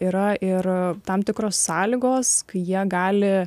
yra ir tam tikros sąlygos kai jie gali